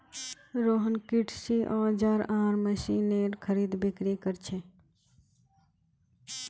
रोहन कृषि औजार आर मशीनेर खरीदबिक्री कर छे